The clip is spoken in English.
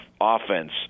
offense